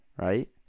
Right